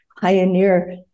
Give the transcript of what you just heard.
pioneer